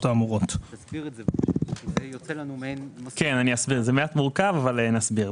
האמורות." זה מעט מורכב אבל אני אסביר.